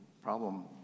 problem